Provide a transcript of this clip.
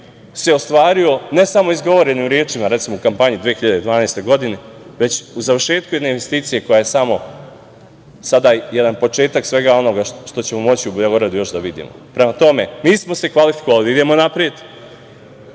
se ostvario ne samo izgovorenim rečima, recimo u kampanji 2012. godine, već u završetku jedne investicije koja je samo sada jedan početak svega onoga što ćemo moći u Beogradu još da vidimo. Prema tome, mi smo se kvalifikovali da idemo napred,